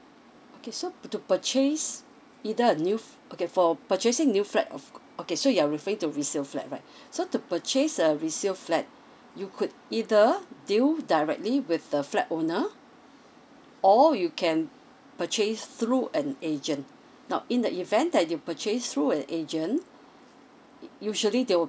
okay so to purchase either a new fl~ okay for purchasing a new flat of okay so you are referring to resale flat right so to purchase a resale flat you could either deal directly with the flat owner or you can purchase through an agent now in the event that you purchase through an agent it usually they will